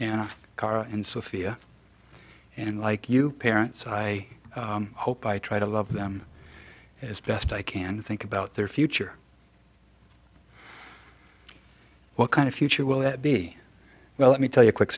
a car and sophia and like you parents i hope i try to love them as best i can think about their future what kind of future will that be well let me tell you a quick